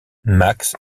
max